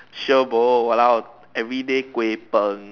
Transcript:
sure bo !walao! everyday Kuay Png